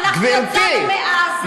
אנחנו יצאנו מעזה,